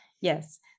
Yes